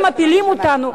אתם מפילים אותנו,